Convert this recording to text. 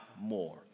more